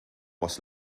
was